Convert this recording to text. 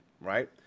right